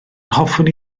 hoffwn